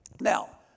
Now